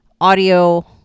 audio